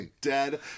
dead